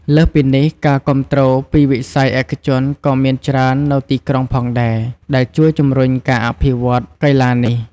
លើសពីនេះ ការគាំទ្រពីវិស័យឯកជនក៏មានច្រើននៅទីក្រុងផងដែរ ដែលជួយជំរុញការអភិវឌ្ឍកីឡានេះ។